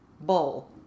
bowl